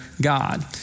God